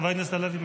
חבר הכנסת הלוי?